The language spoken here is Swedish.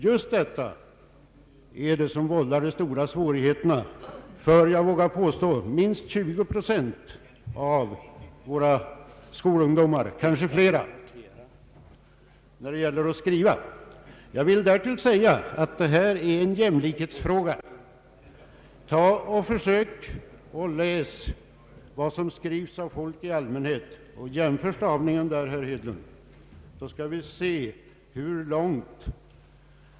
Just detta vållar mycket stora svårigheter för jag vågar påstå minst 20 procent av våra skolungdomar, kanske flera, när det gäller att skriva. Jag vill därtill säga att detta är en jämlikhetsfråga. Försök att läsa vad som skrivs av folk i allmänhet och jämför stavningen, herr Hedlund.